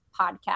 podcast